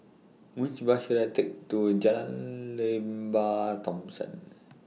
Which Bus should I Take to Jalan Lembah Thomson